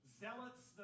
zealots